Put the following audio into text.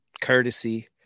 courtesy